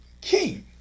king